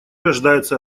рождается